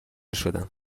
شدم